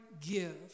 give